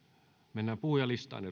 mennään puhujalistaan